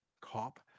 cop